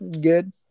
Good